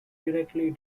directly